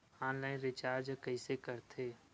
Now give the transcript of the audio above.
Online recharge कइसे करथे?